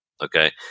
Okay